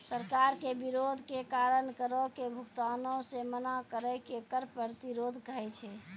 सरकार के विरोध के कारण करो के भुगतानो से मना करै के कर प्रतिरोध कहै छै